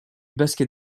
basket